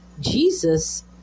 Jesus